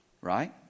Right